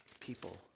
people